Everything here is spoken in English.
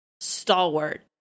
stalwart